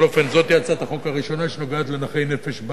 זאת הצעת החוק הראשונה שנוגעת לנכי נפש בקהילה,